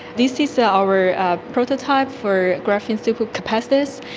this is so our ah prototype for graphene super capacitors.